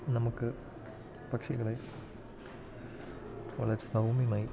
നമുക്ക് പക്ഷികളെ വളരെ സൗമ്യമായി